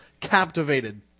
captivated